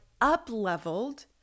up-leveled